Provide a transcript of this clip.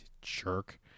Jerk